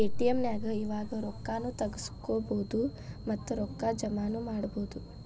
ATM ನ್ಯಾಗ್ ಇವಾಗ ರೊಕ್ಕಾ ನು ತಗ್ಸ್ಕೊಬೊದು ಮತ್ತ ರೊಕ್ಕಾ ಜಮಾನು ಮಾಡ್ಬೊದು